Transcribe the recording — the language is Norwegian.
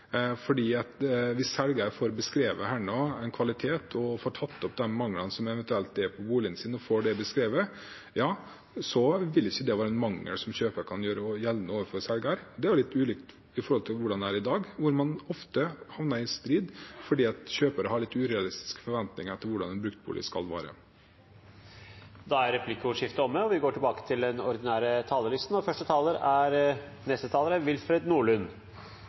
hvis selger får beskrevet en kvalitet, og får tatt opp de manglene som eventuelt er på boligen sin, og får det beskrevet, vil ikke det være en mangel som kjøper kan gjøre gjeldende overfor selger. Og det er jo litt ulikt i forhold til hvordan det er i dag, hvor man ofte havner i en strid fordi kjøper har litt urealistiske forventninger til hvordan en bruktbolig skal være. Da er replikkordskiftet omme.